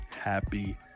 Happy